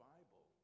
Bible